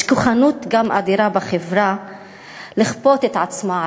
יש גם כוחנות אדירה בחברה לכפות את עצמה עלינו,